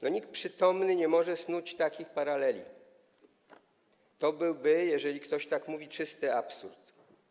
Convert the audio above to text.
Nikt przytomny nie może snuć takich paraleli, to byłby, jeżeli ktoś tak mówi, czysty absurd.